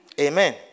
Amen